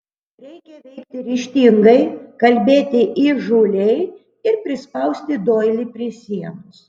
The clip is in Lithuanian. reikia veikti ryžtingai kalbėti įžūliai ir prispausti doilį prie sienos